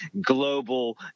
Global